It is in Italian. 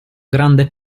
grande